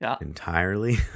entirely